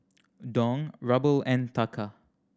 Dong Ruble and Taka